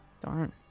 darn